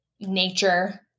nature